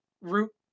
root